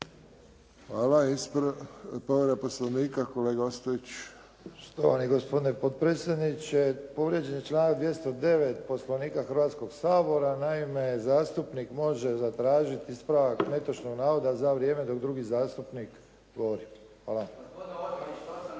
Hvala. Povreda Poslovnika, kolega Ostojić. **Ostojić, Ranko (SDP)** Štovani gospodine potpredsjedniče. Povrijeđen je članak 209. Poslovnika Hrvatskog sabora. Naime, zastupnik može zatražiti ispravak netočnog navoda za vrijeme dok drugi zastupnik govori. Hvala.